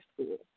school